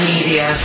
Media